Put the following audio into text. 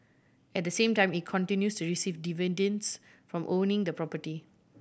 at the same time it continues to receive dividends from owning the property